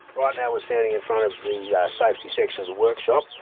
right now we're standing in front of the safety section of the workshop.